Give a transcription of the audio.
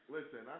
Listen